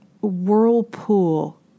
whirlpool